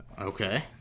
Okay